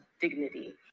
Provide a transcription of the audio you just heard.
dignity